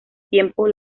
tiempo